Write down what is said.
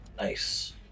Nice